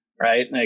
right